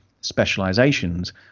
specializations